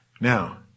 Now